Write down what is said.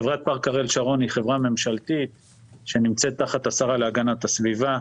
חברת פארק אריאל שרון היא חברה ממשלתית שנמצאת תחת השרה להגנת הסביבה.